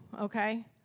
okay